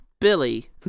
Billy